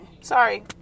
sorry